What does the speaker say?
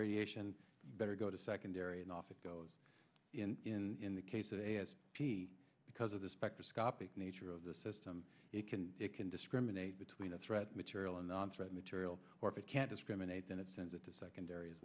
radiation better go to secondary and off it goes in the case of a s t because of the spectroscopic nature of the system it can it can discriminate between a threat material and on threat material or if it can't discriminate then it sends it to secondary as